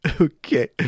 Okay